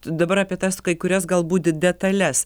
dabar apie tas kai kurias galbūt detales